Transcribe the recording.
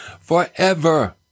Forever